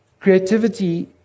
creativity